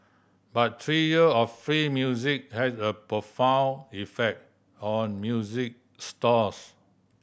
but three year of free music had a profound effect on music stores